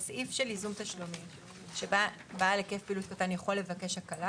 בסעיף של ייזום תשלומים בעל היקף פעילות קטן יכול לבקש הקלה.